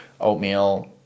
oatmeal